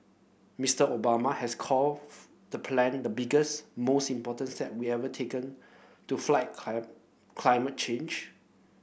Mister Obama has the plan the biggest most important step we ever taken to fight climate change